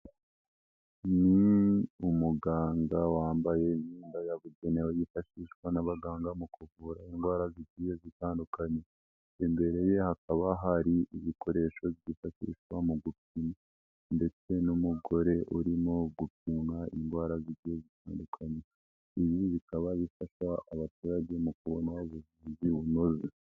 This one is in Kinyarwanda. Ni umuganda wambaye imyenda yabugenewe yifashishwa n'abaganga mu kuvura indwara z'igiye zitandukanye. Imbere ye hakaba hari ibikoresho byifatishwa mu gukina, ndetse n'umugore urimo gupimwa indwara zigiye zitandukanye, ibi bikaba bifasha abaturage mu kubona ubuvuzi bunoze.